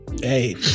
Hey